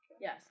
Yes